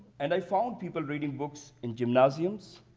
and i found people reading books in gymnasiums,